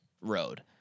road